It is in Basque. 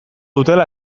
dutela